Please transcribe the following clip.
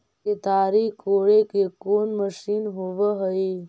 केताड़ी कोड़े के कोन मशीन होब हइ?